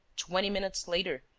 twenty minutes later,